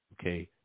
Okay